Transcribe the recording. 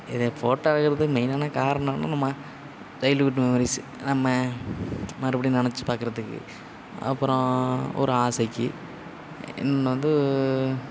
இதை ஃபோட்டோ எடுக்கிறதுக்கு மெயினான காரணம் என்ன நம்ம சைல்டுஹூட்டு மெமரிஸ் நம்ம மறுபடியும் நினச்சி பார்க்குறதுக்கு அப்புறம் ஒரு ஆசைக்கு இன்னும் வந்து